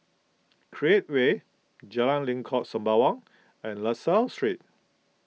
Create Way Jalan Lengkok Sembawang and La Salle Street